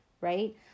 right